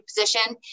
position